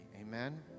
amen